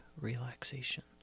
relaxation